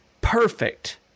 perfect